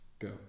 go